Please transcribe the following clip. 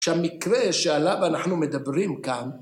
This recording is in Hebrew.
כשהמקרה שעליו אנחנו מדברים כאן...